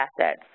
assets